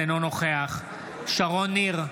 אינו נוכח שרון ניר,